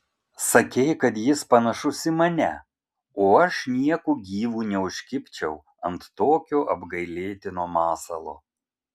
sakei kad jis panašus į mane o aš nieku gyvu neužkibčiau ant tokio apgailėtino masalo